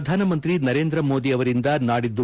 ಪ್ರಧಾನಮಂತ್ರಿ ನರೇಂದ್ರಮೋದಿ ಅವರಿಂದ ನಾಡಿದ್ದು